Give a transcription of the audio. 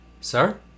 Sir